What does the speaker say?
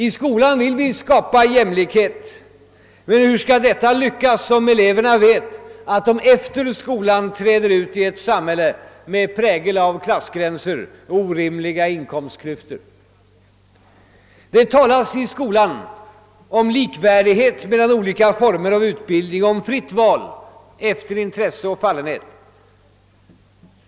I skolan vill vi skapa jämlikhet, men hur skall detta lyckas om eleverna vet att de efter skolan träder ut i ett samhälle som präglas av klassgränser och orimliga inkomstklyftor? Det talas i skolan om likvärdighet mellan olika former av utbildning och om fritt val efter intresse och fallenhet.